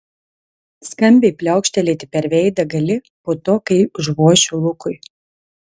skambiai pliaukštelėti per veidą gali po to kai užvošiu lukui